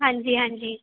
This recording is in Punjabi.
ਹਾਂਜੀ ਹਾਂਜੀ